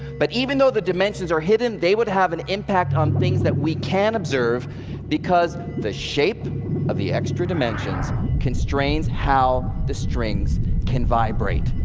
but even though the dimensions are hidden, they would have an impact on things that we can observe because the shape of the extra dimensions constrains how the strings can vibrate.